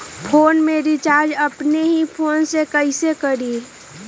Phone में recharge अपने ही फ़ोन से कईसे करी?